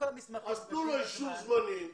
תנו לו אישור זמני.